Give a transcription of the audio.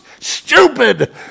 stupid